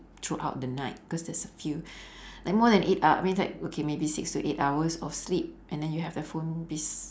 throughout the night because that's a few like more than eight ho~ I mean like okay maybe six to eight hours of sleep and then you have the phone bes~